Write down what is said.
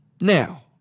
Now